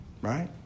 Right